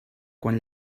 quan